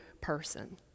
person